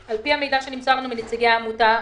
על פי המידע שנמסר לנו מנציגי העמותה,